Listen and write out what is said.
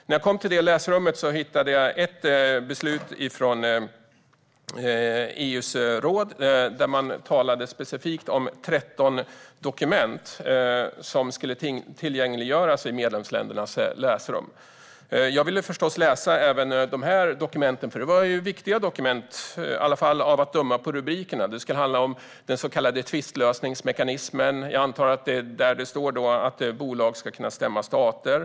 När jag kom till det läsrummet hittade jag ett beslut från EU:s råd där man specifikt talade om 13 dokument som skulle tillgängliggöras i medlemsländernas läsrum. Jag ville förstås läsa även de dokumenten. Det var viktiga dokument, i varje fall att döma av rubrikerna. Det skulle handla om den så kallade tvistlösningsmekanismen. Jag antar att det är där det står att bolag ska kunna stämma stater.